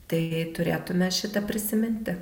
tai turėtume šitą prisiminti